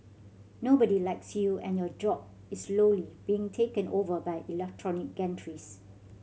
nobody likes you and your job is slowly being taken over by electronic gantries